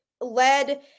led